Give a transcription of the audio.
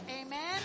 Amen